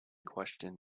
question